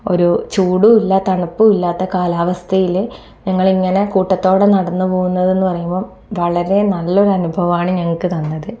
ഒരു ചൂടും ഇല്ല തണുപ്പും ഇല്ലാത്ത കാലാവസ്ഥയിൽ ഞങ്ങളിങ്ങനെ കൂട്ടത്തോടെ നടന്ന് പോകുന്നതെന്ന് പറയുമ്പം വളരെ നല്ലൊരു അനുഭവമാണ് ഞങ്ങൾക്ക് തന്നത്